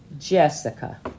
Jessica